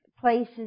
places